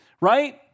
right